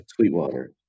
Sweetwater